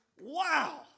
Wow